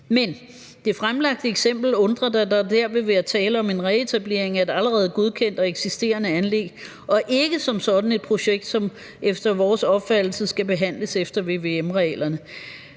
Men det fremlagte eksempel undrer, da der dér vil være tale om en reetablering af et allerede godkendt og eksisterende anlæg og ikke som sådan et projekt, som efter vores opfattelse skal behandles efter vvm-reglerne.